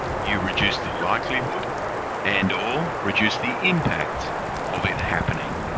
you reduce the likelihood and or reduce the impact of it happening.